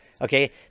Okay